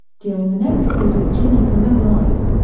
during an episode of jimmy kimmel live,